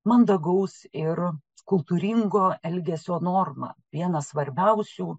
mandagaus ir kultūringo elgesio normą vieną svarbiausių